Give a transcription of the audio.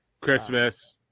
Christmas